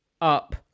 up